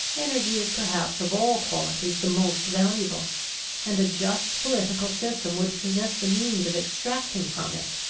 energy is perhaps of all qualities the most valuable and a just political system would possess the means of extracting from it,